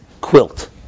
quilt